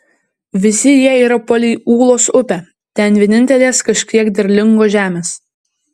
visi jie yra palei ūlos upę ten vienintelės kažkiek derlingos žemės